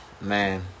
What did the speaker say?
Man